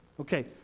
Okay